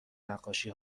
نقاشی